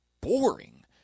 boring